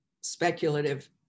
speculative